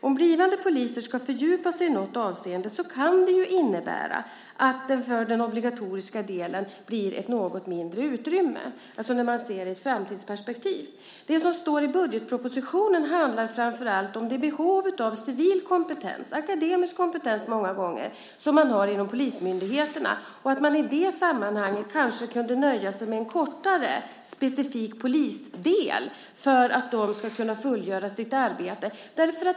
Om blivande poliser ska fördjupa sig i något avseende kan det innebära att det blir något mindre utrymme för den obligatoriska delen, när man ser det i ett framtidsperspektiv. Det som står i budgetpropositionen handlar framför allt om det behov av civil kompetens - akademisk kompetens många gånger - som man har inom polismyndigheterna. I det sammanhanget kanske man kunde nöja sig med en kortare specifik polisdel i utbildningen för att de anställda ska kunna fullgöra sitt arbete.